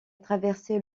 traverser